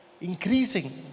increasing